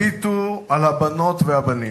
הביטו על הבנות והבנים,